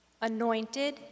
anointed